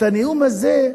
את הנאום הזה,